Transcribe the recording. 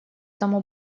тому